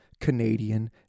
Canadian